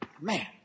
man